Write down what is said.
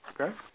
okay